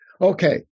Okay